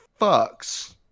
fucks